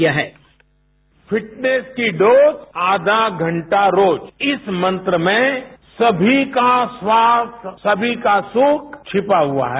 sound byte fitness की dose आधा घंटा रोज इस मंत्र में समी का स्वास्थ्य समी का सुख छिपा हुआ है